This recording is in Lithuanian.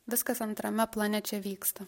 viskas antrame plane čia vyksta